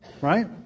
right